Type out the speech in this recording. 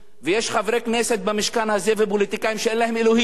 ויש חברי כנסת במשכן הזה ופוליטיקאים שאין להם אלוהים.